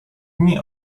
dni